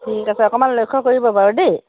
ঠিক আছে অকণমান লক্ষ্য কৰিব বাৰু দেই